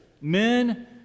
Men